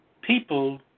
people